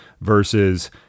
versus